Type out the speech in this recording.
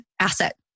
asset